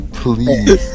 please